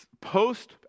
post